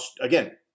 again